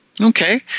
Okay